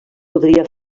podria